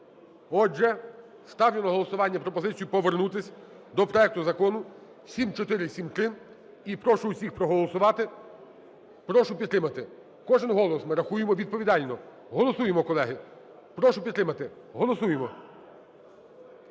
Отже, ставлю на голосування пропозицію повернутись до проекту Закону 7473 і прошу всіх проголосувати. Прошу підтримати, кожен голос ми рахуємо відповідально. Голосуємо, колеги, прошу підтримати. Голосуємо.